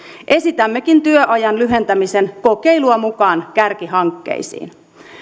esitämmekin työajan lyhentämisen kokeilua mukaan kärkihankkeisiin